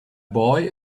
boy